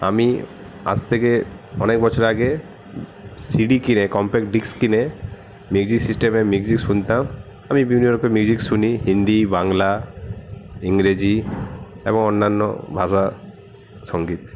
আমি আজ থেকে অনেক বছর আগে সিডি কিনে কমপ্যাক্ট ডিস্ক কিনে মিউজিক সিস্টেমে মিউজিক শুনতাম আমি বিভিন্ন রকমের মিউজিক শুনি হিন্দি বাংলা ইংরেজি এবং অন্যান্য ভাষার সঙ্গীত